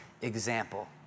example